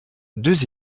deux